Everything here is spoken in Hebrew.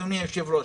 אדוני היושב-ראש,